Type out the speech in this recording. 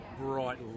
bright